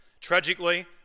Tragically